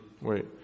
Wait